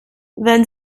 wenn